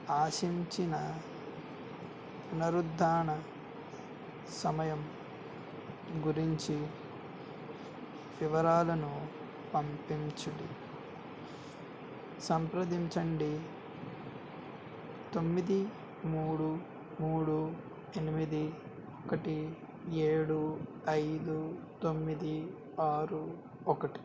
ఆశించిన పునరుద్ధరణ సమయం గురించి వివరాలను పంపించు సంప్రదించండి తొమ్మిది మూడు మూడు ఎనిమిది ఒకటి ఏడు ఐదు తొమ్మిది ఆరు ఒకటి